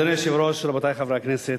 אדוני היושב-ראש, רבותי חברי הכנסת,